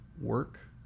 work